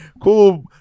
cool